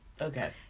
Okay